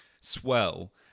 swell